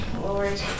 Lord